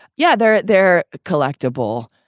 yeah, they're they're collectible.